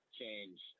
change